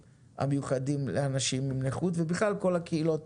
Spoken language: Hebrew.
המיוחדים לאנשים עם נכות ובכלל כל הקהילות